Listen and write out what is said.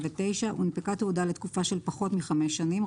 הונפקה תעודה לתקופה של פחות מחמש שנים,